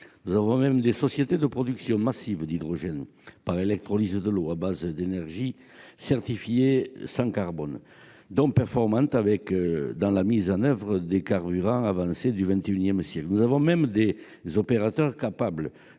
Nous avons des sociétés de production massive d'hydrogène par électrolyse de l'eau à base d'énergies certifiées sans carbone, donc performantes dans la mise en oeuvre des carburants avancés du XXI siècle. Nous avons même des opérateurs capables,